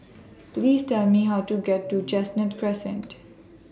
Please Tell Me How to get to Chestnut Crescent